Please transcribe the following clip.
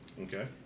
Okay